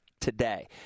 today